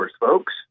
folks